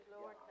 Lord